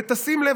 ותשים לב,